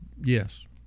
yes